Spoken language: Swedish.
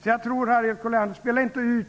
Spela inte ut, Harriet Colliander,